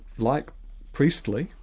like priestley,